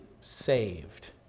saved